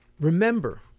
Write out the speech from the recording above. remember